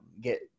get